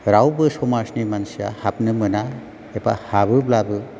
रावबो समाजनि मानसिया हाबनो मोना एबा हाबोब्लाबो